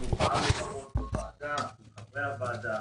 פעלנו רבות בוועדה עם חברי הוועדה,